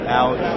out